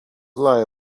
lie